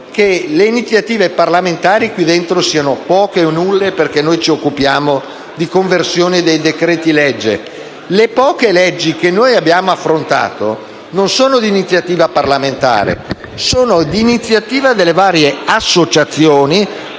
noi. Le iniziative parlamentari qui dentro sono poche o nulle, perché noi ci occupiamo di conversione dei decreti-legge. Tuttavia, le poche leggi che abbiamo affrontato non sono di iniziativa parlamentare, ma provengono dalle varie associazioni: